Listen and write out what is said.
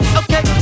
okay